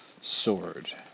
Sword